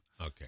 Okay